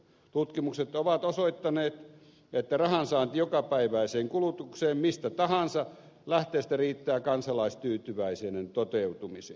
tutkimukset ovat osoittaneet että rahansaanti jokapäiväiseen kulutukseen mistä tahansa lähteestä riittää kansalaistyytyväisyyden toteutumiseen